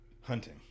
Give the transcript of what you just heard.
Hunting